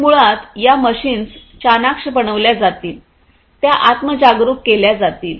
तर मुळात या मशीन्स चाणाक्ष बनवल्या जातील त्या आत्म जागरूक केल्या जातील